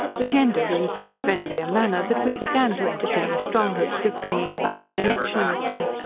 which ended in so friendly a manner, that we began to entertain strong hopes of bringing about a connection with them.